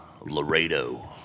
Laredo